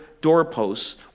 doorposts